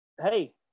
hey